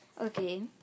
Okay